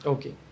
Okay